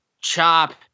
chop